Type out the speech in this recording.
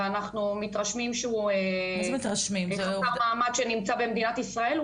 ואנחנו מתרשמים שהוא מחוסר מעמד שנמצא במדינת ישראל,